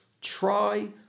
try